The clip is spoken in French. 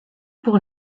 pour